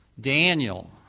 Daniel